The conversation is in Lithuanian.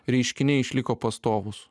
reiškiniai išliko pastovūs